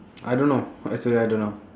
I don't know actually I don't know